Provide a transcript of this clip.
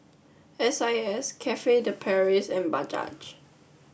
S I S Cafe de Paris and Bajaj